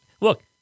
look